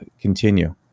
continue